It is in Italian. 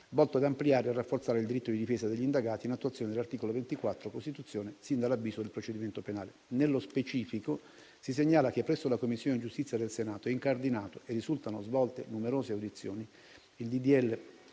volto ad ampliare e rafforzare il diritto di difesa degli indagati, in attuazione dell'articolo 24 della Costituzione, sin dall'avviso di procedimento penale. Nello specifico si segnala che presso la Commissione giustizia del Senato è incardinato e risultano svolte numerose audizioni, il